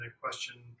question